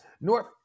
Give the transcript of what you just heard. north